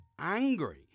angry